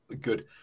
good